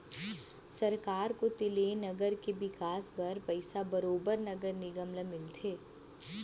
सरकार कोती ले नगर के बिकास बर पइसा बरोबर नगर निगम ल मिलथे